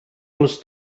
els